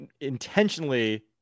intentionally